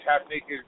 half-naked